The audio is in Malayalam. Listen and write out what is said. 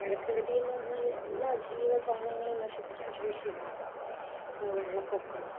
മഴക്കെടുതിയെന്ന് പറഞ്ഞാല് എല്ലാ ജീവജാലങ്ങളെയും നശിപ്പിക്കാൻ ശേഷിയാണതിന് വെള്ളപ്പൊക്കം